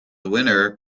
winner